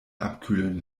abkühlen